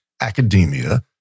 academia